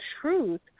truth